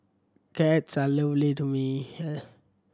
cats are lovely to me